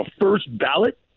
first-ballot